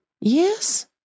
Yes